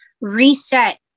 reset